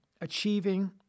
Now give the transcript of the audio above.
achieving